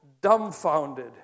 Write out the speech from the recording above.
dumbfounded